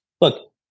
Look